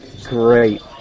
Great